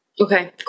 Okay